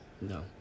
No